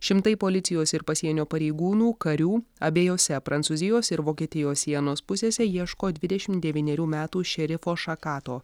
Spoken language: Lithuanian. šimtai policijos ir pasienio pareigūnų karių abiejose prancūzijos ir vokietijos sienos pusėse ieško dvidešim devynerių metų šerifo šakato